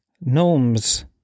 Gnomes